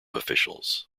officials